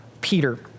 Peter